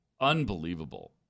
Unbelievable